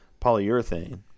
polyurethane